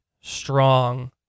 strong